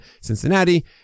cincinnati